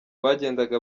bagendaga